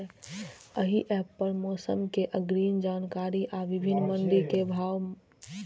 एहि एप पर मौसम के अग्रिम जानकारी आ विभिन्न मंडी के भाव मालूम कैल जा सकै छै